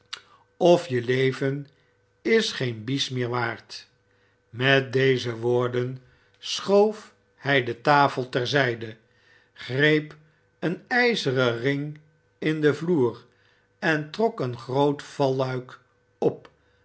of je leven is geen bies meer waard met deze woorden schoof hij de tafel ter zijde greep een ijzeren ring in den vloer en trok een groot valluik op